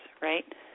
right